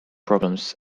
problems